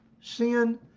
sin